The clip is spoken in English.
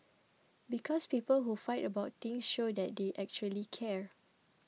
because people who fight about things show that they actually care